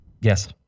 Yes